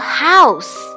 house